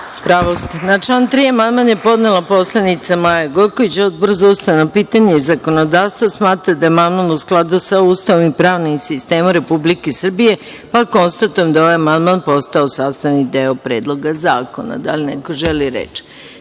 pravu ste. Na član 3. amandman je podnela poslanica Maja Gojković. Odbor za ustavna pitanja i zakonodavstvo smatra da je amandman u skladu sa Ustavom i pravnim sistemom Republike Srbije. Konstatujem da je ovaj amandman postao sastavni deo Predloga zakona. Da li neko želi reč?